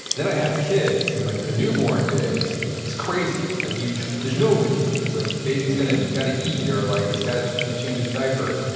then i had kids and like the newborn phase is crazy. like there's no routine because like the baby's got to got to eat or like it's got to to you know change its diaper.